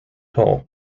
all